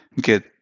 get